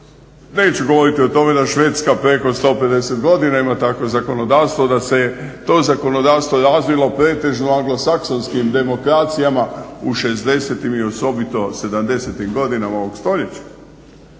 Neću govoriti o tome da Švedska preko 150 godina ima takvo zakonodavstvo, da se to zakonodavstvo razvilo pretežno anglosaksonskim demokracijama u '60.-tim i osobito '70.-tim godinama ovog stoljeća,